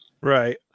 Right